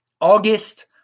August